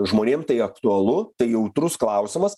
žmonėm tai aktualu tai jautrus klausimas